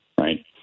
right